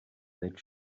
that